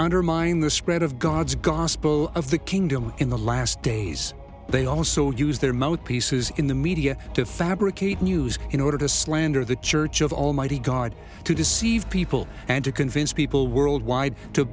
undermine the spread of god's gospel of the kingdom in the last days they also use their mouthpieces in the media to fabricate news in order to slander the church of almighty god to deceive people and to convince people worldwide to